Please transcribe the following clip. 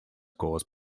caused